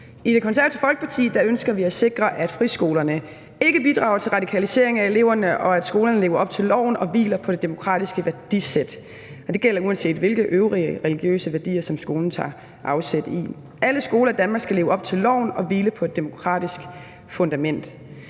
I Det Konservative Folkeparti ønsker vi at sikre, at friskolerne ikke bidrager til radikalisering af eleverne, og at skolerne lever op til loven og hviler på et demokratisk værdisæt, og det gælder, uanset hvilke øvrige religiøse værdier skolen tager afsæt i. Alle skoler i Danmark skal leve op til loven og hvile på et demokratisk fundament.